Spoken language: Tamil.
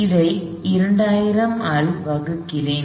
இதை 2000 ஆல் வகுக்கிறேன்